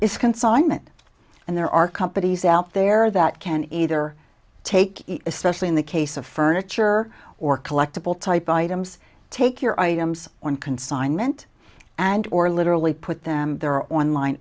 is consignment and there are companies out there that can either take it as especially in the case of furniture or collectible type items take your items on consignment and or literally put them there online